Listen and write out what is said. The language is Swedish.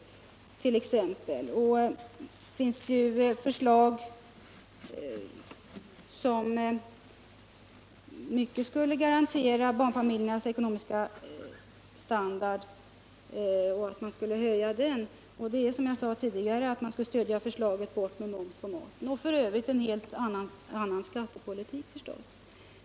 Ett förslag som i stor utsträckning skulle garantera en höjning av barnfamiljernas ekonomiska standard är förslaget om att ta bort momsen på maten. Det är också ett förslag som jag tycker att man borde stödja. F. ö. borde man givetvis också arbeta för en helt annan skattepolitik.